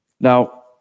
Now